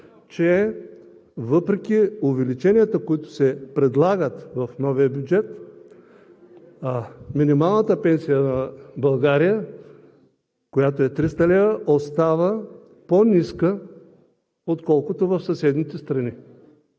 че въпреки увеличенията, които се предлагат в новия бюджет, минималната пенсия в България, която е 300 лв., остава по-ниска отколкото е в съседните страни.